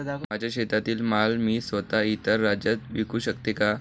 माझ्या शेतातील माल मी स्वत: इतर राज्यात विकू शकते का?